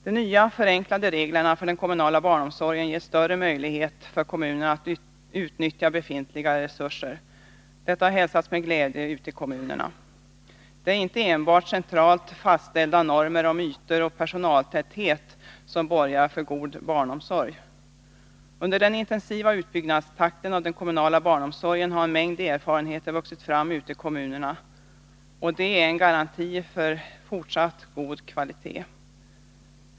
De nya förenklade reglerna för den kommunala barnomsorgen ger större möjlighet för kommunerna att utnyttja befintliga resurser, och detta har hälsats med glädje ute i kommunerna. Det är inte enbart centralt fastställda normer om ytor och personaltäthet som borgar för god barnomsorg. Under den tid som vi haft en intensiv utbyggnadstakt i den kommunala barnomsorgen har en mängd erfarenheter vuxit fram ute i kommunerna, och de är en garanti för fortsatt god kvalitet.